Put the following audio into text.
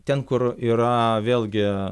ten kur yra vėlgi